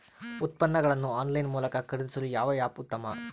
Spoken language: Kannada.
ಉತ್ಪನ್ನಗಳನ್ನು ಆನ್ಲೈನ್ ಮೂಲಕ ಖರೇದಿಸಲು ಯಾವ ಆ್ಯಪ್ ಉತ್ತಮ?